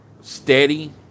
steady